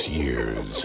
years